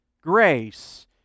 grace